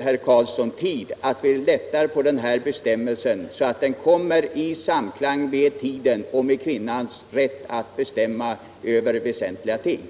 herr Karlsson, att vi nu lättar på denna bestämmelse, så att den kommer i samklang med tiden och med kvinnans rätt att bestämma över väsentliga ting?